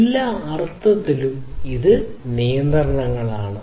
എല്ലാ അർത്ഥത്തിലും ഇവ നിയന്ത്രണങ്ങളാണ്